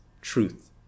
truth